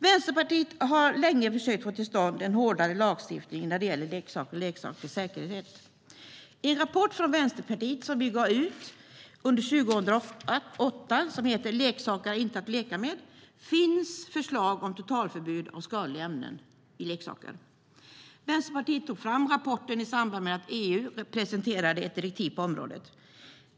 Vänsterpartiet har länge försökt få till stånd en hårdare lagstiftning när det gäller leksaker och leksakers säkerhet. I rapporten Leksaker är inte att leka med , som Vänsterpartiet gav ut år 2008, finns förslag om totaltförbud mot skadliga ämnen i leksaker. Vänsterpartiet tog fram rapporten i samband med att EU presenterade ett direktiv på området.